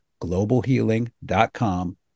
Globalhealing.com